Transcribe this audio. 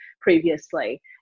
previously